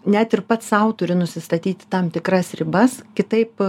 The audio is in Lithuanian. net ir pats sau turi nusistatyti tam tikras ribas kitaip